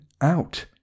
out